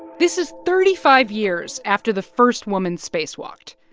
this is thirty five years after the first woman spacewalked.